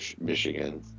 michigan